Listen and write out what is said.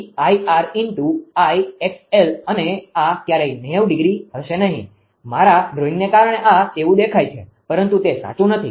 તેથી 𝐼𝑟 𝐼𝑥𝑙 અને આ ક્યારેય 90° હશે નહિ મારા ડ્રોઇંગને કારણે આ તેવું દેખાય છે પરંતુ તે સાચું નથી